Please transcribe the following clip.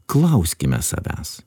klauskime savęs